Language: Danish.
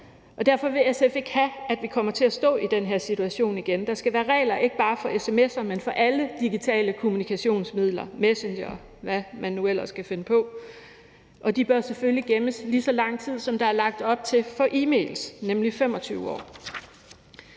Derfor vil SF ikke have, at vi kommer til at stå i den her situation igen. Der skal være regler ikke bare for sms'er, men for alle digitale kommunikationsmidler – Messenger og hvad man nu ellers kan finde på – og de bør selvfølgelig gemmes i lige så lang tid, som der er lagt op til for e-mails, nemlig i 25 år.